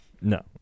No